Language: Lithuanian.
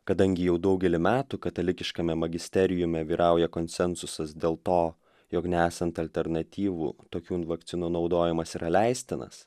kadangi jau daugelį metų katalikiškame magisteriume vyrauja konsensusas dėl to jog nesant alternatyvų tokių vakcinų naudojimas yra leistinas